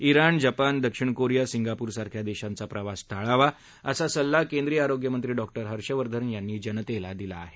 ज्ञाण जपान दक्षिण कोरिया सिंगापूरसारख्या देशांचा प्रवास टाळावा असा सल्ला केंद्रीय आरोग्यमंत्री डॉ हर्षवर्धन यांनी जनतेला दिला आहे